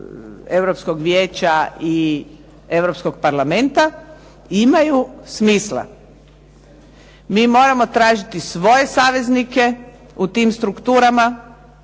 Europskog Vijeća i Europskog Parlamenta imaju smisla. Mi moramo tražiti svoje saveznike u tim strukturama,